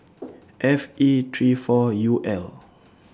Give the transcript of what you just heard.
F E three four U L